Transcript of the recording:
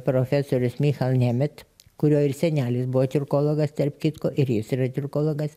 profesorius michal nemet kurio ir senelis buvo tiurkologas tarp kitko ir jis yra tiurkologas